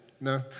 No